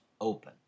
open